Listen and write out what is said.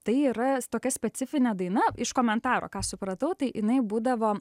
tai yra tokia specifinė daina iš komentaro ką supratau tai jinai būdavo